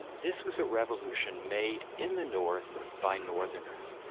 this was a revolution made in the north by northerners.